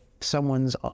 someone's